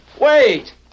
Wait